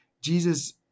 Jesus